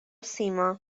سیما